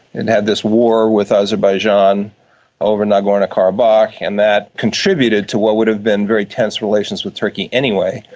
and had this war with azerbaijan over nagorno-karabakh and that contributed to what would have been very tense relations with turkey anyway,